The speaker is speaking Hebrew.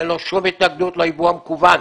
אין לו שום התנגדות ליבוא המקוון.